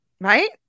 Right